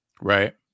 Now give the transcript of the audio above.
Right